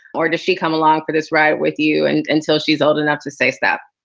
or does she come along for this ride with you and until she's old enough to say stop?